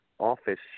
office